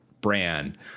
brand –